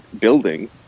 building